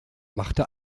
machte